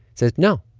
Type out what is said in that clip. said no.